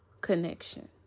connection